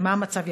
ו"מה המצב,